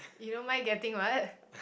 you don't mind getting what